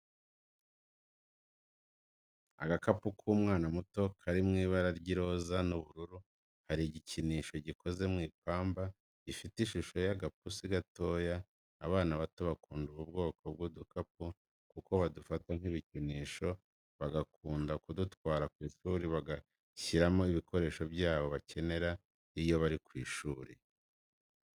Agakapu k'umwana muto kari mw'ibara ry'iroza n'ubururu hari igikinisho gikoze mu ipamba gifite ishusho y'agapusi gatoya, abana bato bakunda ubu kwoko bw'udukapu kuko badufata nk'ibikinisho bagakunda kudutwara kw'ishuri bagashyiramo ibikoresho byabo bakenera iyo bari ku ishuri.